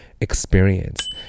experience